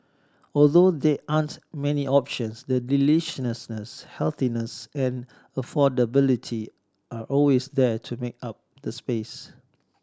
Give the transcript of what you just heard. although there aren't many options the deliciousness healthiness and affordability are always there to make up the space